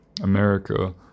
america